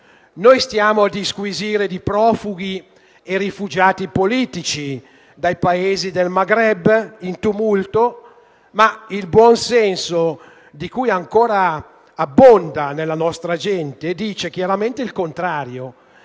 Noi stiamo a disquisire di profughi e rifugiati politici dai Paesi del Maghreb in tumulto, ma il buon senso, che ancora abbonda tra la nostra gente, dice chiaramente il contrario.